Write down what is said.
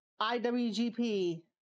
IWGP